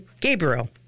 Gabriel